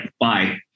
bye